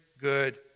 good